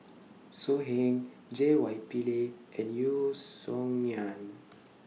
So Heng J Y Pillay and Yeo Song Nian